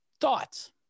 Thoughts